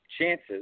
chances